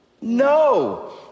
No